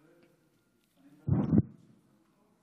בצלאל, אני מדבר אליך עכשיו.